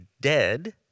dead